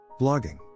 blogging